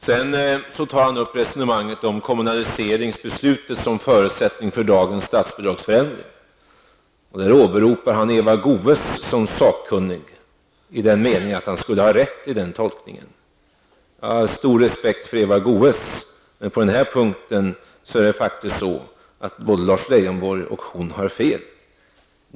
Sedan tar Lars Leijonborg upp frågan om kommunaliseringsbeslutet som förutsättning för dagens statsbidragsförändring. Där åberopar han Eva Goe s som sakkunnig i den meningen att han skulle ha rätt i den tolkningen. Jag har stor respekt för Eva Goe s, men på den här punkten har faktiskt både Lars Leijonborg och hon fel.